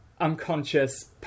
unconscious